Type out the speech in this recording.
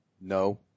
No